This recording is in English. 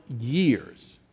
years